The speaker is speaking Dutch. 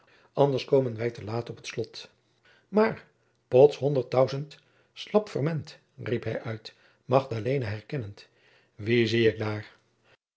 anders komen wij te laat op het slot maar pots hondert tausent slapferment riep hij uit magdalena herkennend wie zie ik daar